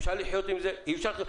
האם אפשר לחיות עם זה כן או לא.